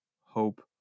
hope